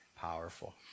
powerful